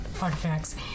artifacts